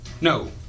No